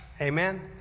Amen